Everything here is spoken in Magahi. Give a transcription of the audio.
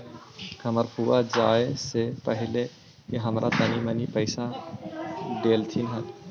हमर फुआ जाए से पहिले हमरा तनी मनी पइसा डेलथीन हल